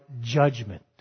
judgment